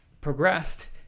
progressed